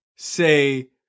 Say